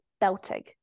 belting